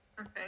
Okay